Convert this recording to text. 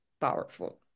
powerful